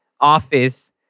office